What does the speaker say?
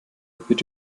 wird